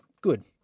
Good